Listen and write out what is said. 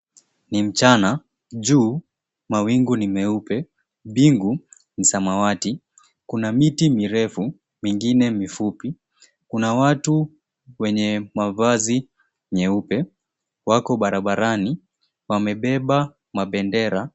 Ni mchana juu mawingu ni meupe, mbingu ni samawati kuna miti mirefu mingine mifupi, kuna watu wenye mavazi nyeupe wako barabarani wamebeba mabendera.